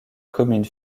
commune